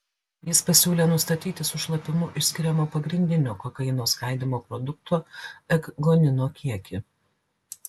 jis pasiūlė nustatyti su šlapimu išskiriamo pagrindinio kokaino skaidymo produkto ekgonino kiekį